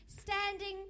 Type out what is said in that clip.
standing